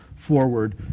Forward